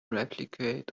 replicate